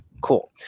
cool